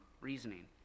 reasoning